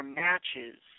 matches